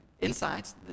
insights